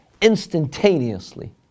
instantaneously